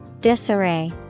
Disarray